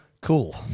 Cool